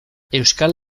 euskal